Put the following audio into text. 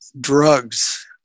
drugs